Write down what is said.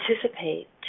participate